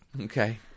Okay